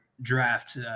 draft